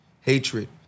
hatred